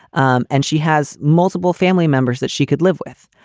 um and she has multiple family members that she could live with.